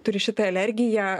turi šitai alergiją